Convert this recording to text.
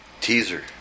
Teaser